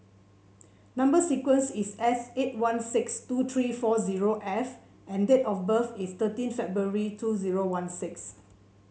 number sequence is S eight one six two three four zero F and date of birth is thirteen February two zero one six